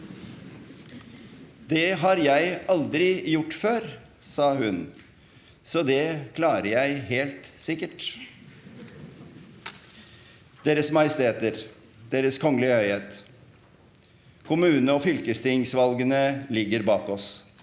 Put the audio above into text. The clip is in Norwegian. Det har jeg aldri gjort før, sa hun, så det klarer jeg helt sikkert! Deres Majesteter, Deres Kongelige Høyhet. – Kommune- og fylkestingsvalgene ligger bak oss.